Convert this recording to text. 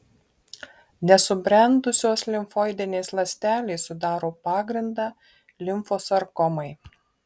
nesubrendusios limfoidinės ląstelės sudaro pagrindą limfosarkomai